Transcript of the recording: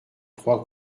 croit